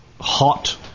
hot